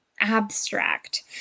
abstract